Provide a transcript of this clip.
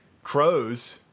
crows